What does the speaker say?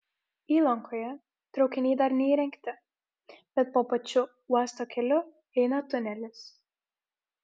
įlankoje traukiniai dar neįrengti bet po pačiu uosto keliu eina tunelis